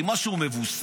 עם משהו מבוסס,